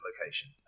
location